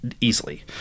easily